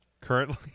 Currently